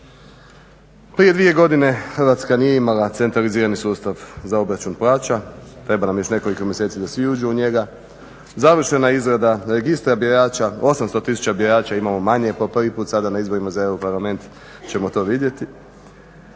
Prije dvije godine Hrvatska nije imala centralizirani sustav za obračun plaća, treba nam još nekoliko mjeseci da svi uđu u njega. Završena je izrada registra birača, 800 tisuća birača imamo manje po prvi put sada na izborima za EU parlament ćemo to vidjeti.